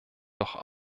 doch